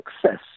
success